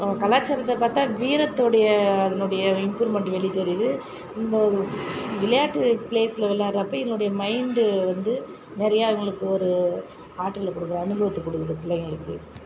நம்ம கலாச்சாரத்தை பார்த்தா வீரத்தோடைய அதனுடைய இம்ப்ரூவ்மெண்ட் வெளி தெரியுது இந்த ஒரு விளையாட்டு பிளேஸில் விளாடுறப்ப என்னுடைய மைண்டு வந்து நிறையா இவர்களுக்கு ஒரு ஆற்றல கொடுக்குது அனுபவத்தை கொடுக்குது பிள்ளைங்களுக்கு